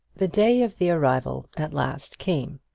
the day of the arrival at last came,